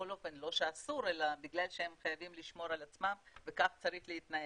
בכל אופן לא שאסור אלא בגלל שהם חייבים לשמור על עצמם וכך צריך להתנהג.